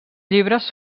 llibres